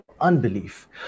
unbelief